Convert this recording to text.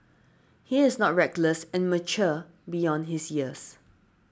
he is not reckless and mature beyond his years